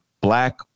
black